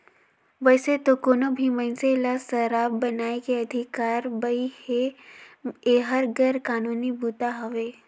वइसे तो कोनो भी मइनसे ल सराब बनाए के अधिकार बइ हे, एहर गैर कानूनी बूता हवे